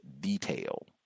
detail